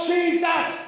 Jesus